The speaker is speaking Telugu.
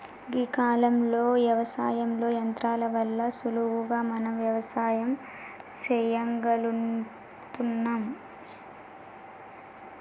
గీ కాలంలో యవసాయంలో యంత్రాల వల్ల సులువుగా మనం వ్యవసాయం సెయ్యగలుగుతున్నం